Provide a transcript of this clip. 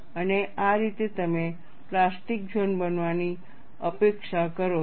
અને આ રીતે તમે પ્લાસ્ટિક ઝોન બનવાની અપેક્ષા કરો છો